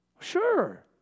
Sure